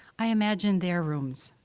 i imagine their rooms,